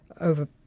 over